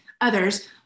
others